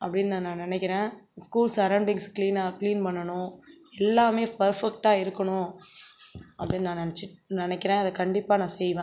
அப்படின்னு நா நான் நினக்கிறேன் ஸ்கூல் சரௌன்டிங்ஸ் கிளீனாக கிளீன் பண்ணணும் எல்லாமே பெர்ஃபெக்ட்டாக இருக்கணும் அப்படின்னு நா நெனச்சிட் நினக்கிறேன் அதை கண்டிப்பாக நான் செய்வேன்